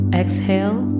exhale